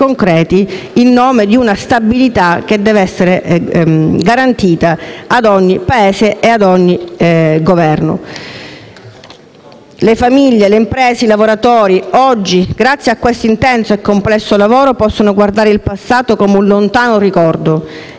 in nome di una stabilità che dovrebbe essere garantita ad ogni Paese e per ogni Governo. Le famiglie, le imprese e i lavoratori oggi, grazie a questo intenso e complesso lavoro, possono guardare il passato come un lontano ricordo.